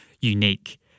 unique